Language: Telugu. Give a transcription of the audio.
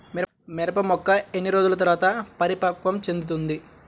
మిరప మొక్క ఎన్ని రోజుల తర్వాత పరిపక్వం చెందుతుంది?